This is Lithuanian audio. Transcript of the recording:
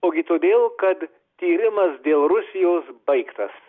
ogi todėl kad tyrimas dėl rusijos baigtas